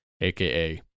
aka